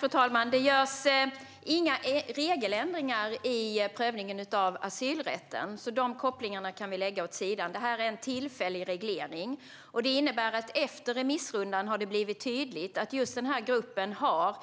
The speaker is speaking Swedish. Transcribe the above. Fru talman! Det görs inga regeländringar i prövningen av asylrätten. De kopplingarna kan vi alltså lägga åt sidan. Det här är en tillfällig reglering. Efter remissrundan har det nämligen blivit tydligt att det för just den här gruppen har